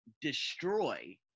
destroy